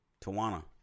Tawana